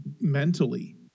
Mentally